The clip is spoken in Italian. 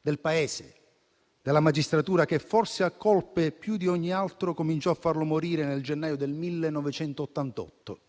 del Paese, della magistratura che forse ha colpe più di ogni altro, cominciò a farlo morire nel gennaio del 1988,